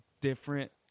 different